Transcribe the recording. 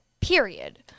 period